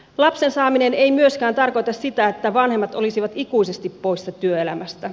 lapsen saaminen ei myöskään tarkoita sitä että vanhemmat olisivat ikuisesti poissa työelämästä